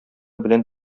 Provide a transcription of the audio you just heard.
белән